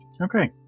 Okay